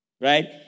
Right